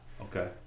Okay